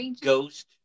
ghost